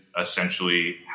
essentially